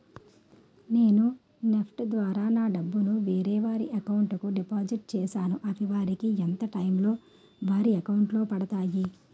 నేను నెఫ్ట్ ద్వారా నా డబ్బు ను వేరే వారి అకౌంట్ కు డిపాజిట్ చేశాను అవి వారికి ఎంత టైం లొ వారి అకౌంట్ లొ పడతాయి?